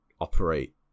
operate